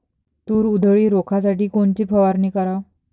तूर उधळी रोखासाठी कोनची फवारनी कराव?